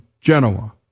Genoa